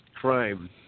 crime